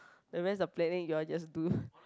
the rest of the planning you all just do